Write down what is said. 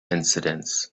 incidents